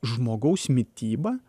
žmogaus mitybą